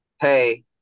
hey